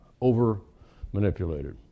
over-manipulated